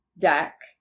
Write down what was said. deck